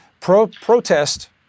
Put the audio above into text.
Protest